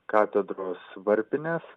katedros varpinės